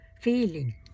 feeling